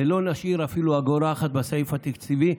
ולא נשאיר אפילו אגורה אחת בסעיף התקציבי,